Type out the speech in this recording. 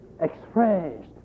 expressed